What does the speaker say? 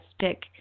stick